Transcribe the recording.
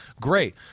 Great